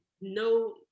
no